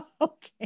Okay